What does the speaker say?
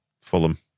Fulham